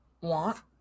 want